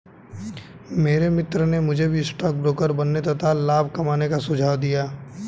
मेरे मित्र ने मुझे भी स्टॉक ब्रोकर बनने तथा लाभ कमाने का सुझाव दिया